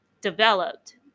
developed